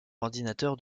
ordinateur